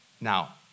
Now